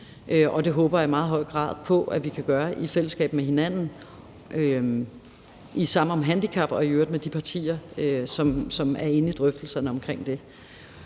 det håber jeg i meget høj grad på vi kan gøre i fællesskab med hinanden i Sammen om handicap og i øvrigt med de partier, som er inde i drøftelserne omkring det.